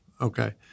Okay